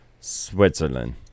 Switzerland